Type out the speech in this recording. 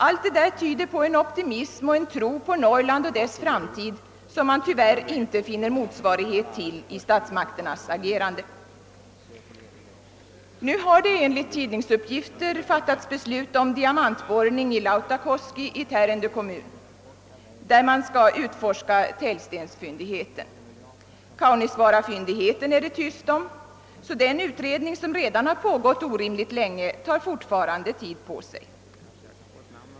Allt detta tyder på en optimism och en tro på Norrland och dess framtid, som man tyvärr inte finner motsvarighet till i statsmakternas agerande. Nu har enligt tidningsuppgifter fattats beslut om diamantborrning i Lautakoski i Tärendö kommun, där man skall utforska täljstensfyndigheten. Kaunisvaarafyndigheten är det tyst om. Den utredning som redan pågått orimligt länge tar fortfarande tid på sig.